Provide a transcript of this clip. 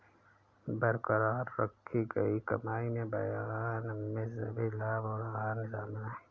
बरकरार रखी गई कमाई में बयान में सभी लाभ और हानि शामिल हैं